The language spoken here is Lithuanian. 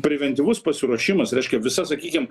preventyvus pasiruošimas reiškia visa sakykim